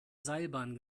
seilbahn